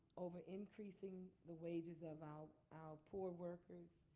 over increasing the wages of our our poor workers.